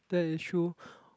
that is true